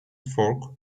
fork